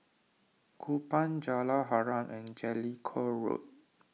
Kupang Jalan Harum and Jellicoe Road